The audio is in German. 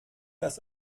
das